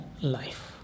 life